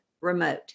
remote